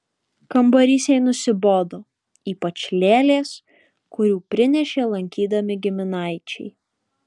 kambarys jai nusibodo ypač lėlės kurių prinešė lankydami giminaičiai